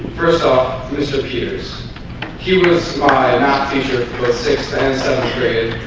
first off disappears he was my math teacher was sixth and seventh grade